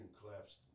collapsed